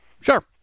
Sure